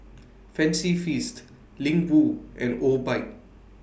Fancy Feast Ling Wu and Obike